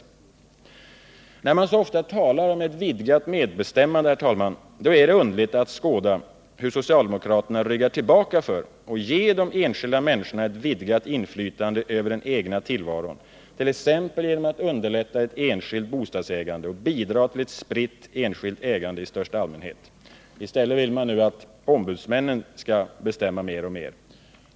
När socialdemokraterna så ofta talar om vidgat medbestämmande, herr talman, är det underligt att skåda hur de ryggar tillbaka för att ge de enskilda människorna ett vidgat inflytande över den egna tillvaron, t.ex. genom att underlätta enskilt bostadsägande och bidra till ett spritt enskilt ägande i största allmänhet. I stället vill de nu att ombudsmännen skall bestämma mer och mer.